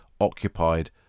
occupied